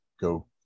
go